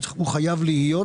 הוא חייב להיות.